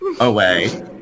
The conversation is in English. away